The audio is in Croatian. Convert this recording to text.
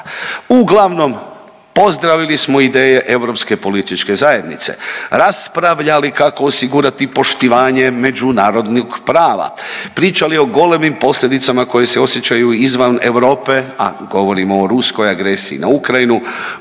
Uglavnom pozdravili smo ideje europske političke zajednice, raspravljali kako osigurati poštivanje međunarodnog prava, pričali o golemim posljedicama koje se osjećaju izvan Europe, a govorimo o ruskoj agresiji na Ukrajinu,